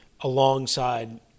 alongside